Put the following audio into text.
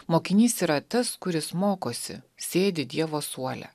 mokinys yra tas kuris mokosi sėdi dievo suole